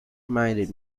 reminded